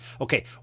Okay